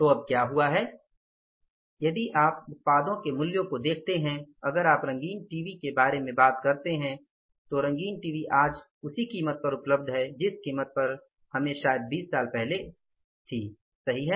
तो अब क्या हुआ है और यदि आप उत्पादों के मूल्य को देखते हैं अगर आप रंगीन टीवी के बारे में बात करते हैं तो रंगीन टीवी आज उसी कीमत पर उपलब्ध है जिस कीमत पर हम शायद बीस साल पहले खरीद रहे थे सही है